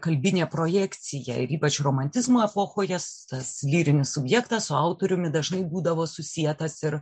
kalbinė projekcija ir ypač romantizmo epochoje tas lyrinis subjektas su autoriumi dažnai būdavo susietas ir